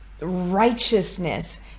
righteousness